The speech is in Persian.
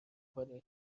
کنید